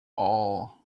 all